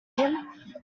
him